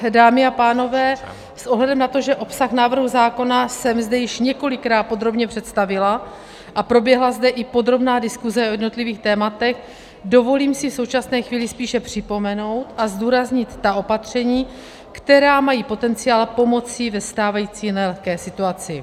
Dámy a pánové, s ohledem na to, že obsah návrhu zákona jsem zde již několikrát podrobně představila a proběhla zde i podrobná diskuse o jednotlivých tématech, dovolím si v současné chvíli spíše připomenout a zdůraznit ta opatření, která mají potenciál pomoci ve stávající nelehké situaci.